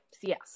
Yes